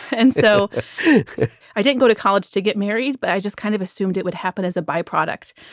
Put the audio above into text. and so i didn't go to college to get married, but i just kind of assumed it would happen as a byproduct.